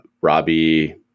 Robbie